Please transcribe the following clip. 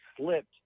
slipped